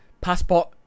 passport